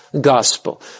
gospel